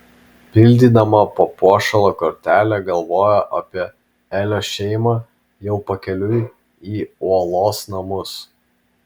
pildydama papuošalo kortelę galvojo apie elio šeimą jau pakeliui į uolos namus